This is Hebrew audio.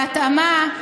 בהתאמה,